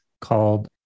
called